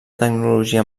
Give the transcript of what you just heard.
tecnologia